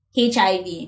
HIV